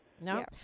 No